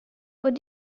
what